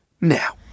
now